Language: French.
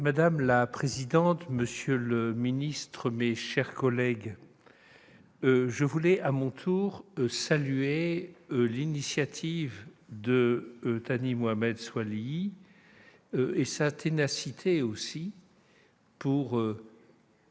Madame la présidente, monsieur le ministre, mes chers collègues, je veux à mon tour saluer l'initiative de Thani Mohamed Soilihi, ainsi que